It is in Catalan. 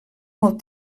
molt